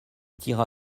tira